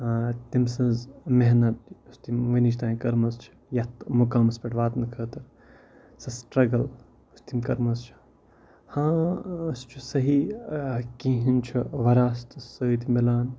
تٔمۍ سٕنٛز محنت یُس تٔمۍ وٕنِچ تانۍ کٔرمٕژ چھِ یَتھ مُقامَس پٮ۪ٹھ واتنہٕ خٲطرٕ سۄ سٹرٛگٕل یُس تٔمۍ کٔرمٕژ چھِ ہاں سُہ چھِ صحیح کِہیٖنۍ چھُ وَراثتہٕ سۭتۍ مِلان